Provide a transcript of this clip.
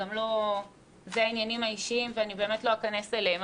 אלו הענייניים האישיים ובאמת לא אכנס אליהם,